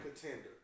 contender